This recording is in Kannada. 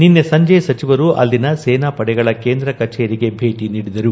ನಿನ್ನೆ ಸಂಜೆ ಸಚಿವರು ಅಲ್ಲಿನ ಸೇನಾ ಪಡೆಗಳ ಕೇಂದ್ರ ಕಚೇರಿಗೆ ಭೇಟಿ ನೀಡಿದರು